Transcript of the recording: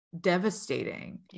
devastating